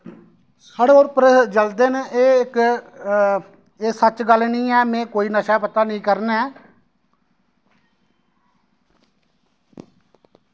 साढ़े उप्पर जल्दे न एह् इक एह् सच्च गल्ल नि ऐ में कोई नशा पत्ता निं करना ऐ